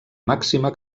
màxima